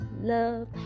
love